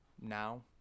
Now